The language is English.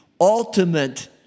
ultimate